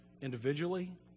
individually